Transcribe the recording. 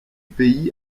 pays